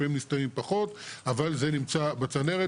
לפעמים נסתמים פחות אבל זה נמצא בצנרת,